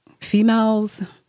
females